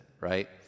right